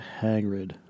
Hagrid